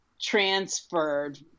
transferred